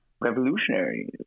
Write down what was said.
revolutionary